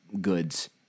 goods